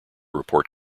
report